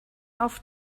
auf